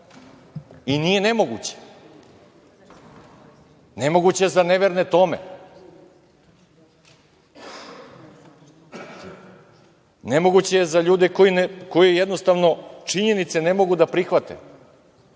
I nije nemoguće. Nemoguće je za neverne Tome. Nemoguće je za ljude koji jednostavno činjenice ne mogu da prihvate.